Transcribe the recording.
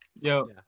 yo